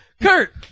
Kurt